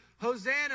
Hosanna